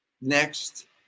Next